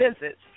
visits